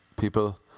people